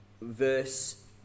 verse